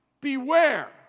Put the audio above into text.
beware